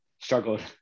struggled